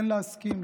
כן להסכים,